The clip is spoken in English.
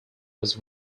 was